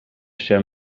się